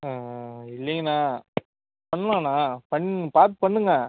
ஓ இல்லைங்கண்ணா பண்ணலாண்ணா பண்ணு பார்த்து பண்ணுங்க